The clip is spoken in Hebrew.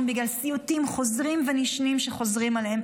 בגלל סיוטים חוזרים ונשנים שחוזרים אליהם,